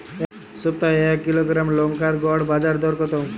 সপ্তাহে এক কিলোগ্রাম লঙ্কার গড় বাজার দর কতো?